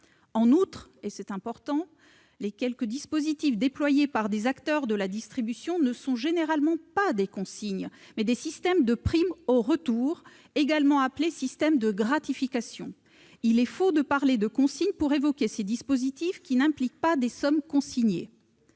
En outre, les quelques dispositifs déployés par des acteurs de la distribution sont généralement non pas des consignes, mais des systèmes de primes au retour, également appelés systèmes de gratification. Il est faux de parler de consignes pour évoquer ces dispositifs, qui n'impliquent pas des sommes consignées.,